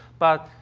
but